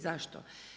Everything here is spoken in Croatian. Zašto?